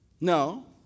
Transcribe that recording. No